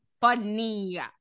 funny